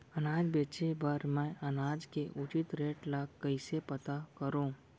अनाज बेचे बर मैं अनाज के उचित रेट ल कइसे पता करो?